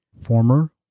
Former